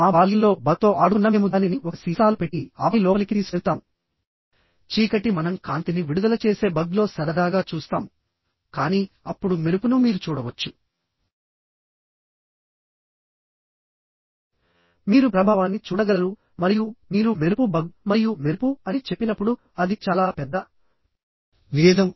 మా బాల్యంలో బగ్ తో ఆడుకున్న మేము దానిని ఒక సీసాలో పెట్టి ఆపై లోపలికి తీసుకెళ్తాము చీకటి మనం కాంతిని విడుదల చేసే బగ్ లో సరదాగా చూస్తాము కానీ అప్పుడు మెరుపును మీరు చూడవచ్చు మీరు ప్రభావాన్ని చూడగలరు మరియు మీరు మెరుపు బగ్ మరియు మెరుపు అని చెప్పినప్పుడు అది చాలా పెద్ద భేదం